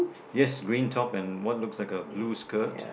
yes green top and what looks like a blue skirt